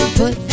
put